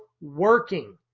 working